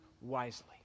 wisely